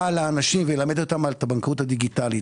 לאנשים וילמד אותם את הבנקאות הדיגיטלית.